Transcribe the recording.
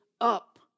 up